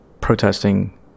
protesting